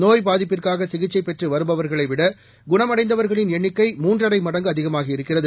நோய்பாதிப்புக்காகசிகிச்சைபெற்றுவருபவர்களைவிட குணம்அடைந்தவர்களின்எண்ணிக்கைமூன்றரைமடங்குஅ திகமாகிஇருக்கிறது